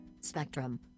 spectrum